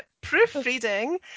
proofreading